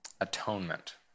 Atonement